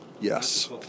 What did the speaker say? yes